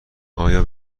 آیا